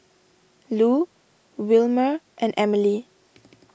Lu Wilmer and Emely